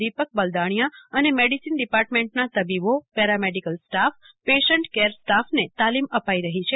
દીપક બલદાણિયા અને મેડિસીન ડિપાર્ટમેન્ટના તબીબો પેરામેડિકલ સ્ટાફ પેશન્ટ કેર સ્ટાફને તાલીમ અપાઇ રહી છે